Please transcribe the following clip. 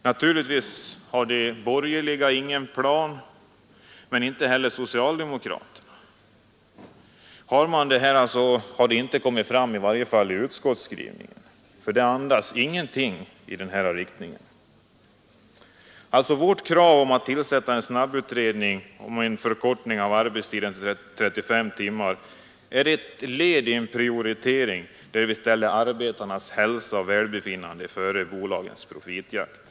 Naturligtvis har de borgerliga ingen plan, men det har inte heller socialdemokraterna — i varje fall har det inte kommit fram i utskottsskrivningen, som inte andas någonting i den riktningen. Vårt krav på att en snabbutredning skall göras om förkortning av arbetstiden till 35 timmar är ett led i en prioritering, där vi ställer arbetarnas hälsa och välbefinnande framför bolagens profitjakt.